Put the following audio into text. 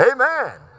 Amen